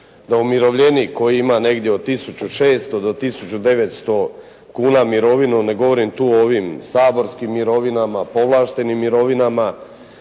da umirovljenik koji ima negdje od 1600 do 1900 kuna mirovinu, ne govorim tu o ovim saborskim mirovinama, povlaštenim mirovinama